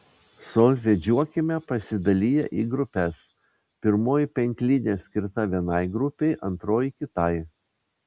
solfedžiuokime pasidaliję į grupes pirmoji penklinė skirta vienai grupei antroji kitai